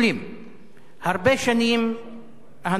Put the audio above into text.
הרבה שנים הנושא הזה נדון,